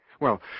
Well